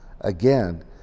again